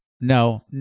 No